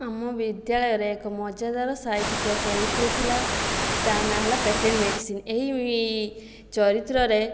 ଆମ ବିଦ୍ୟାଳୟରେ ଏକ ମଜାଦାର ସାହିତ୍ୟିକ ଚରିତ୍ର ଥିଲା ତା' ନାଁ ହେଲା ପେଟେଣ୍ଟ ମେଡିସିନ୍ ଏହି ଚରିତ୍ରରେ